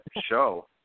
show